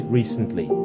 recently